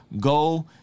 Go